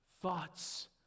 Thoughts